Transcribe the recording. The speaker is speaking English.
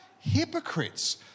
Hypocrites